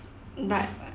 mm but but